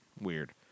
Weird